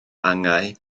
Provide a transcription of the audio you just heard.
angau